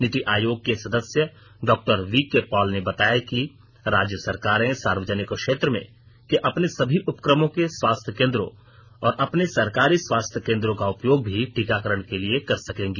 नीति आयोग के सदस्य डॉ वी के पॉल ने बताया कि राज्य सरकारें सार्वजनिक क्षेत्र के अपने सभी उपक्रमों के स्वास्थ्य केन्द्रों और अपने सरकारी स्वास्थ्य केन्द्रों का उपयोग भी टीकाकरण के लिए कर सकेंगी